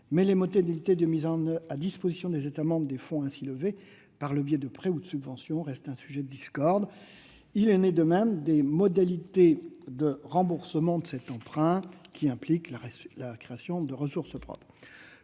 mais les modalités de mise à disposition des États membres des fonds ainsi levés, par le biais de prêts ou de subventions, demeurent un sujet de discorde. Il en est de même des modalités de remboursement de cet emprunt, qui impliquent la création de ressources propres.